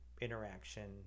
interaction